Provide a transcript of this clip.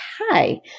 Hi